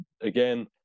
again